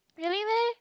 really meh